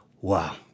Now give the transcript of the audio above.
Wow